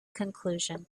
conclusion